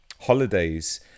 holidays